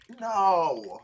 No